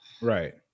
Right